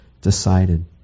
decided